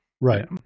right